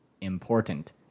important